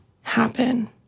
happen